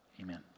Amen